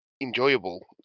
enjoyable